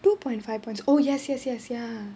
two point five points oh yes yes yes ya